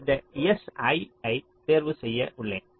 அந்த si ஐ தேர்வு செய்ய உள்ளேன்